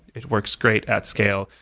it works great at scale.